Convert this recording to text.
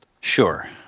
sure